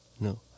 no